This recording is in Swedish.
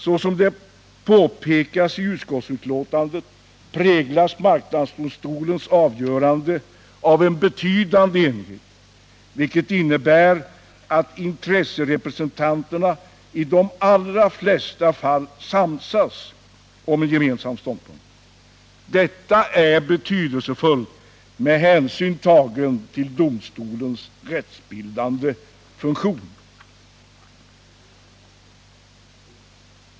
Såsom påpekas i utskottsbetänkandet präglas marknadsdomstolens avgöranden av en betydande enighet, vilket innebär att intresserepresentanterna i de allra flesta fall samsas om en gemensam ståndpunkt. Det är betydelsefullt, med hänsyn tagen till domstolens rättsbildande funktion.